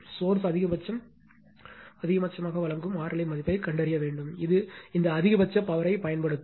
source அதிகபட்சமாக வழங்கும் RL இன் மதிப்பைக் கண்டறியவும் இது இந்த அதிகபட்ச பவர் யைப் பயன்படுத்தும்